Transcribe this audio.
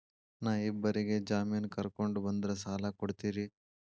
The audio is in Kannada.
ನಾ ಇಬ್ಬರಿಗೆ ಜಾಮಿನ್ ಕರ್ಕೊಂಡ್ ಬಂದ್ರ ಸಾಲ ಕೊಡ್ತೇರಿ?